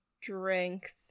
strength